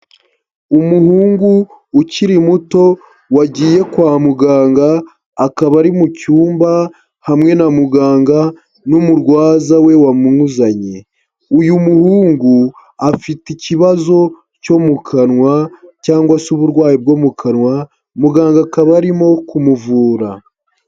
Umuhungu ukiri muto wagiye kwa muganga, akaba ari mu cyumba hamwe na muganga n'umurwaza we wamuzanye, uyu muhungu afite ikibazo cyo mu kanwa cyangwa se uburwayi bwo mu kanwa, muganga akaba arimo kumuvura.